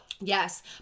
Yes